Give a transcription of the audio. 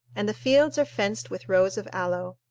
and the fields are fenced with rows of aloe.